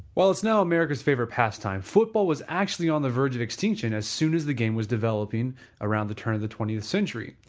well, it's now america's favorite past time, football was actually on the verge of extinction as soon as the game was developing around the turn of the twentieth century.